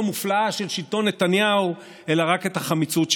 לא, זה שלטון אחר, איווט.